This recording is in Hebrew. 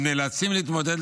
הם נאלצים להתמודד,